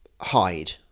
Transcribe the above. hide